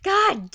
God